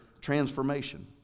transformation